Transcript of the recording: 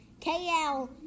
KL